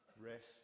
rest